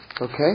Okay